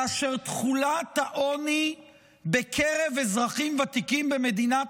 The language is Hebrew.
כאשר תחולת העוני בקרב אזרחים ותיקים במדינת